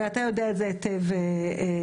ואתה יודע את זה היטב, יואב.